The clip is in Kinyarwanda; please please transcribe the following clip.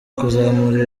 kuzamura